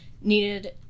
needed